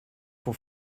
for